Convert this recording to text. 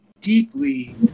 deeply